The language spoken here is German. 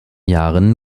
jahren